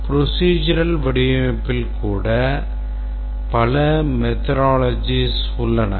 procedural வடிவமைப்பில் கூட பல methodologies உள்ளன